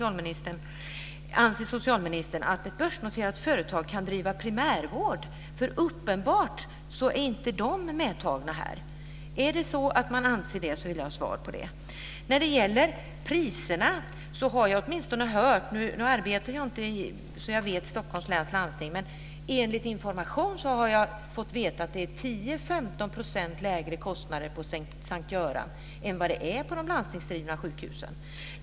Anser socialministern att ett börsnoterat företag kan driva primärvård - uppenbarligen är inte detta medtaget här? Om han anser det vill jag veta det. Nu arbetar jag inte så att jag känner till Stockholms läns landsting, men enligt information som jag har fått är det 10-15 % lägre kostnader på S:t Görans sjukhus än vad det är på de landstingsdrivna sjukhusen.